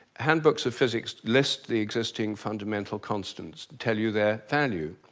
handbooks of physics list the existing fundamental constants, tell you their value.